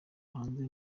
hanze